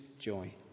joy